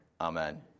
Amen